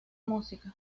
música